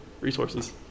resources